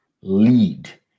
lead